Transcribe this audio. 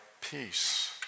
peace